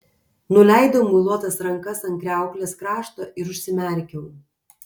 nuleidau muiluotas rankas ant kriauklės krašto ir užsimerkiau